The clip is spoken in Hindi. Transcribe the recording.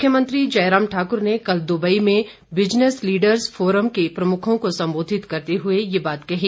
मुख्यमंत्री जय राम ठाक्र ने कल दुबई में बिजनस लीडर्ज फोरम के प्रमुखों को संबोधित करते हुए ये बात कही